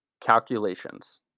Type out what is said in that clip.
Calculations